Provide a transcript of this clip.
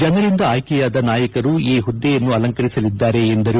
ಜನರಿಂದ ಆಯ್ಲೆಯಾದ ನಾಯಕರು ಈ ಪುದ್ದೆಯನ್ನು ಆಲಂಕರಿಸಲಿದ್ದಾರೆ ಎಂದರು